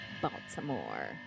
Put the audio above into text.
Baltimore